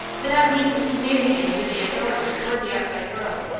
without means of communicating with the authorities or the outside world,